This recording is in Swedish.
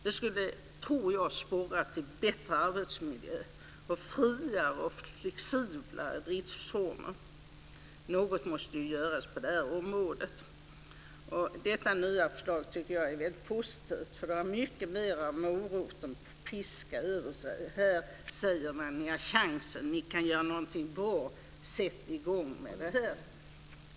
Det skulle, tror jag, sporra dem till att skapa bättre arbetsmiljö och friare och mer flexibla driftsformer. Något måste göras på detta område. Detta nya förslag tycker jag är väldigt positivt, för det har mycket mer av morot än piska över sig. Här säger man: Ni har chansen. Ni kan göra någonting bra. Sätt i gång!